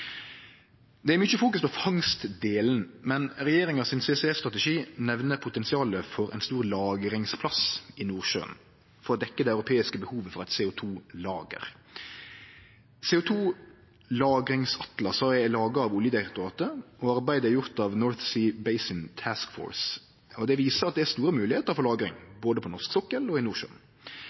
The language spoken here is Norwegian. Det blir fokusert mykje på fangstdelen, men CCS-strategien til regjeringa nemner potensialet for ein stor lagringsplass i Nordsjøen for å dekkje det europeiske behovet for eit CO2-lager. CO2-lagringsatlasa er laga av Oljedirektoratet, og arbeidet er gjort av North Sea Basin Task Force. Det viser at det er store moglegheiter for lagring, både på norsk sokkel og i Nordsjøen.